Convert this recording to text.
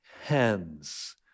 hands